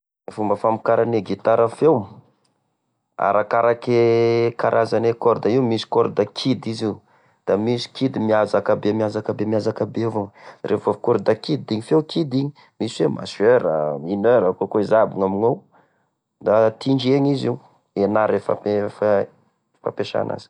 E fomba famokarane gitara feo, arakaraka e karazany e corde io misy corde kidy izy io, da misy kidy miazakabe miazakabe miazakabe avao, rehefa corde kidy da igny feo kidy igny! misy oe majeur, mineur akoakô iza aby gnamignao, da tindregna izy io henara e fape- e fampesa azy.